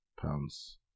pounds